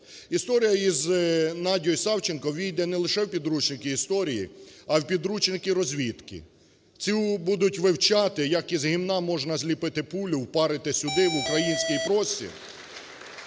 Історія із Надею Савченко ввійде не лише в підручники історії, а й в підручники розвідки. Цю будуть вивчати, як із гімна можна зліпити пулю, впарити сюди в український простір